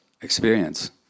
experience